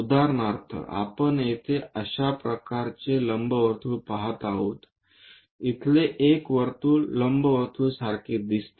उदाहरणार्थ आपण येथे अशा प्रकारचे लंबवर्तुळ पहात आहोत इथले एक वर्तुळ लंबवर्तुळ सारखे दिसते